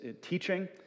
teaching